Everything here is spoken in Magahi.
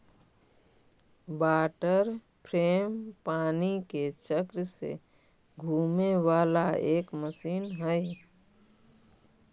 वाटर फ्रेम पानी के चक्र से घूमे वाला एक मशीन हई